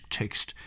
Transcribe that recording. tekst